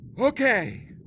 Okay